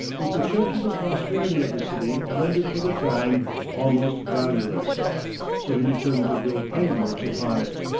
which the check to the prosperity of the city rendered for the time almost valueless so he determined to build ironworks upon it,